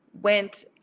went